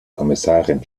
kommissarin